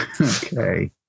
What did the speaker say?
Okay